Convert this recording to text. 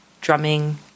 drumming